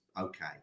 okay